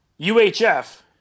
UHF